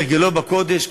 כהרגלו בקודש,